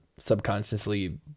subconsciously